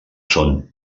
són